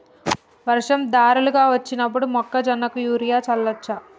వర్షం ధారలుగా వచ్చినప్పుడు మొక్కజొన్న కు యూరియా చల్లచ్చా?